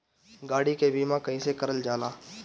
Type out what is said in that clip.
गाड़ी के बीमा कईसे करल जाला?